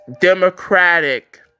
Democratic